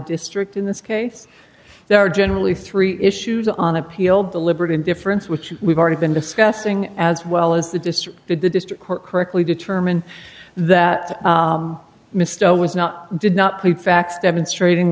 district in this case there are generally three issues on appeal deliberate indifference which we've already been discussing as well as the district that the district court correctly determined that mistake was not did not plead facts demonstrating